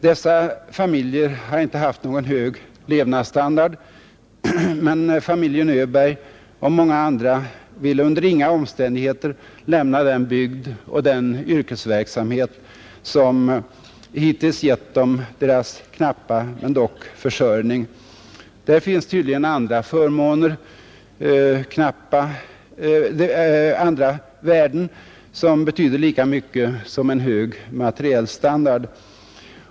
Dessa familjer har inte haft någon hög levnadsstandard, men familjen Öberg och många andra vill under inga omständigheter lämna den bygd och den yrkesverksamhet som hittills gett dem deras knappa men dock försörjning. Där finns tydligen andra förmåner, andra värden som betyder lika mycket som en hög materiell standard.